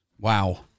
Wow